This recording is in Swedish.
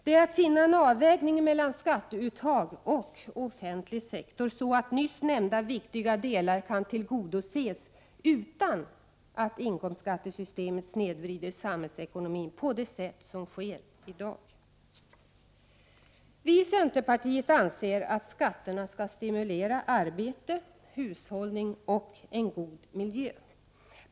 Det är att finna en avvägning mellan skatteuttag och offentlig sektor, så att nyss nämnda viktiga delar kan tillgodoses utan att inkomstskattesystemet snedvrider samhällsekonomin på det sätt som sker i dag. Vi i centerpartiet anser att skatterna skall stimulera arbete, hushållning och en god miljö.